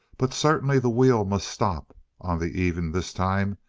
but certainly the wheel must stop on the even this time,